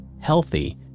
healthy